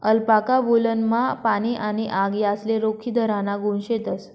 alpaca वुलनमा पाणी आणि आग यासले रोखीधराना गुण शेतस